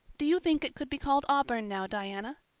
do you think it could be called auburn now, diana?